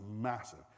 massive